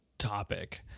topic